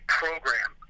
program